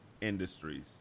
industries